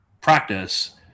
practice